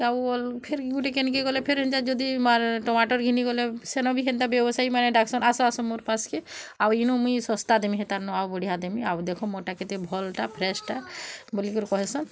ଆଉ ଫିର୍ ଗୁଟେ ଦୁକାନ୍କେ ଗଲେ ଏନ୍ତା ଯଦି ଟମାଟର୍ ଘିନି ଗଲେ ସେନ ବି ହେନ୍ତା ବ୍ୟବାସୀୟୀ ମାନେ ଡାକସନ୍ ଆସ ଆସ ମୋର୍ ପାସ୍କି ଆଉ ଇନୁ ମୁଇଁ ଶସ୍ତା ଦେମି ହେତା ନ ଆଉ ବଢ଼ିଆ ଦେମି ଆଉ ଦେଖ ମୋରୋଟା କେତେ ଭଲ୍ ଟା ଫ୍ରେସ୍ଟା ବୋଲି କିରି କହେସନ୍